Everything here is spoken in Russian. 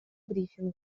брифинг